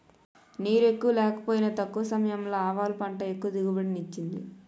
నీరెక్కువ లేకపోయినా తక్కువ సమయంలో ఆవాలు పంట ఎక్కువ దిగుబడిని ఇచ్చింది